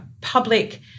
public